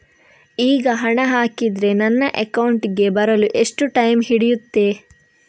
ಈಗ ಹಣ ಹಾಕಿದ್ರೆ ನನ್ನ ಅಕೌಂಟಿಗೆ ಬರಲು ಎಷ್ಟು ಟೈಮ್ ಹಿಡಿಯುತ್ತೆ?